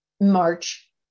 March